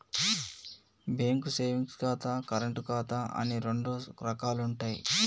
bank savings ఖాతా, current ఖాతా అని రెండు రకాలుంటయ్యి